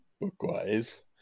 book-wise